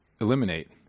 eliminate